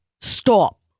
Stop